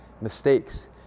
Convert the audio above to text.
mistakes